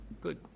Good